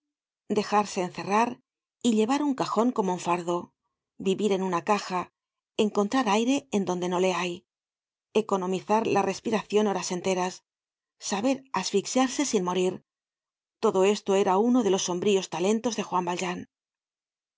dejarse encerrar y llevar en un cajon como un fardo vivir en una caja encontrar aire en donde no le hay economizar la respiracion horas enteras saber asfixiarse sin morir todo esto era uno de los sombríos talentos de juan valjean por